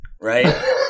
Right